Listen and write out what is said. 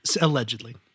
Allegedly